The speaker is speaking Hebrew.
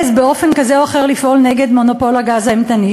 העז באופן כזה או אחר לפעול נגד מונופול הגז האימתני,